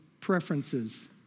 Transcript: preferences